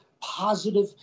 positive